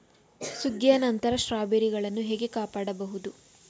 ಸುಗ್ಗಿಯ ನಂತರ ಸ್ಟ್ರಾಬೆರಿಗಳನ್ನು ಹೇಗೆ ಕಾಪಾಡ ಬಹುದು?